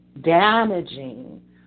damaging